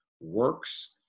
works